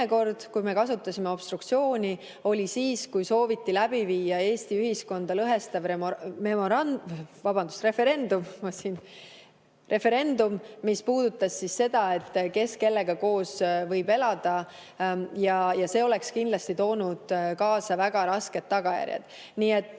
kord, kui me kasutasime obstruktsiooni, oli siis, kui sooviti läbi viia Eesti ühiskonda lõhestav referendum, mis puudutas seda, kes kellega koos võib elada, ja see oleks kindlasti toonud kaasa väga rasked tagajärjed. Nii et